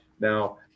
Now